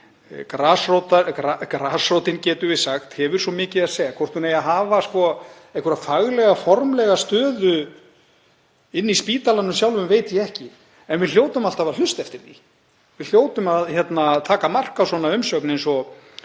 grasrótin, getum við sagt, hefur svo mikið að segja. Hvort hún á að hafa einhverja faglega, formlega stöðu inni í spítalanum sjálfum veit ég ekki, en við hljótum alltaf að hlusta eftir því sem hún segir. Við hljótum að taka mark á umsögn eins